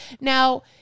now